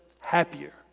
happier